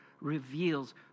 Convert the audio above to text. reveals